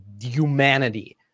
humanity